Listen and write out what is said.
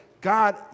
God